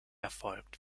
erfolgt